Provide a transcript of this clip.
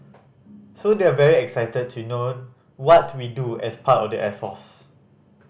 so they're very excited to know what we do as part of the air force